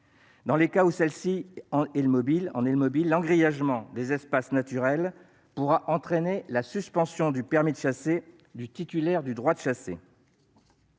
Dans les cas où cette dernière en est le mobile, l'engrillagement des espaces naturels pourra entraîner la suspension du permis de chasser du titulaire du droit de chasser.